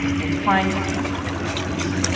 they declined to answer our questions.